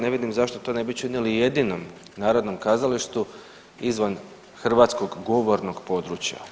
Ne vidim zašto to ne bi činili i jedinom narodnom kazalištu izvan hrvatskog govornog područja.